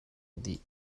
dih